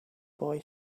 boy